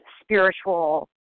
spiritual